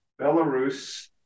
Belarus